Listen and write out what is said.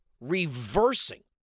reversing